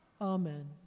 amen